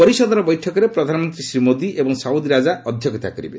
ପରିଷଦର ବୈଠକରେ ପ୍ରଧାନମନ୍ତ୍ରୀ ଶ୍ରୀ ମୋଦୀ ଏବଂ ସାଉଦି ରାଜା ଅଧ୍ୟକ୍ଷତା କରିବେ